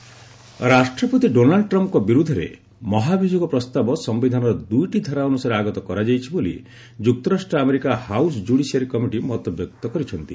Trump impeachment ରାଷ୍ଟ୍ରପତି Donald ଟ୍ରମ୍ପଙ୍କ ବିରୁଦ୍ଧରେ ମହାଭିଯୋଗ ପ୍ରସ୍ତାବ ସମ୍ମିଧାନର ଦୁଇଟି ଧାରା ଅନୁସାରେ ଆଗତ କରାଯାଇଛି ବୋଲି ଯୁକ୍ତରାଷ୍ଟ୍ର ଆମେରିକା ହାଉସ୍ କ୍ରୁଡ଼ିସିଆରୀ କମିଟି ମତବ୍ୟକ୍ତ କରିଛନ୍ତି